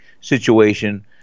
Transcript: situation